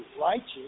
righteous